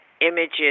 images